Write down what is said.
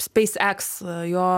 speis eks jo